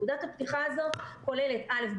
נקודת הפתיחה הזאת כוללת, א'.